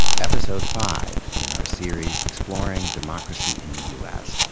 episode five in our series exploring democracy in the u s,